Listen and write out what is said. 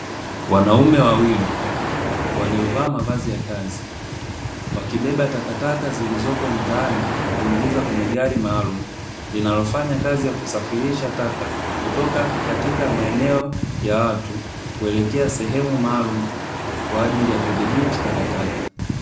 Wanaume wawili waliovaa mavazi ya kazi, wakibeba takataka zilizopo mtaani na kuingiza kwenye gari maalumu; linalofanya kazi ya kusafirisha taka kutoka katika maeneo ya watu kuelekea sehemu maalumu kwa ajili ya kudhibiti takataka.